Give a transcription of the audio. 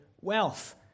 wealth